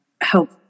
help